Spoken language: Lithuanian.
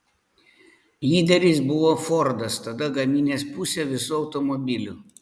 lyderis buvo fordas tada gaminęs pusę visų automobilių